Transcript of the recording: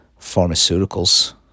pharmaceuticals